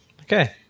Okay